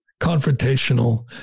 confrontational